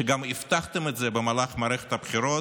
גם הבטחתם את זה במהלך מערכת הבחירות,